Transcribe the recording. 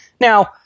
Now